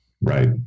Right